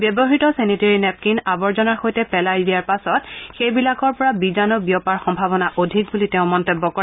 ব্যৱহাত sanitary napkin আৱৰ্জনাৰ সৈতে পেলাই দিয়াৰ পাছত সেই বিলাকৰ পৰা বীজাণু বিয়পাৰ সম্ভাৱনা অধিক বুলিও তেওঁ মন্তব্য কৰে